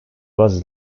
was